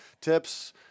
Tips